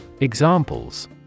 Examples